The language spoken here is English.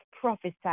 prophesied